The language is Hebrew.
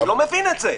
אני לא מבין את זה.